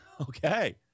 Okay